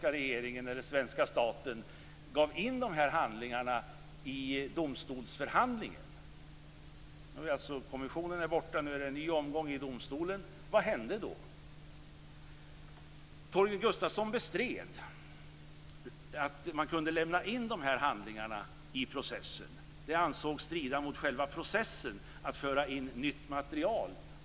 Vad hände när den svenska staten gav in de här handlingarna i domstolsförhandlingen? Kommissionen är alltså nu borta, det är en ny omgång i domstolen. Vad hände då? Torgny Gustafsson bestred att man kunde lämna in handlingarna i processen. Det ansågs strida mot själva processen att föra in nytt material.